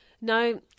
No